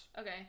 okay